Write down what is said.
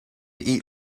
eat